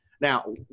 Now